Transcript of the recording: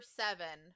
seven